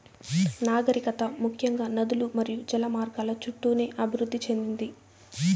నాగరికత ముఖ్యంగా నదులు మరియు జల మార్గాల చుట్టూనే అభివృద్ది చెందింది